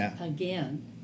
again